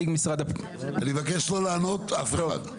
אני מבקש לא לענות, אף אחד.